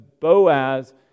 Boaz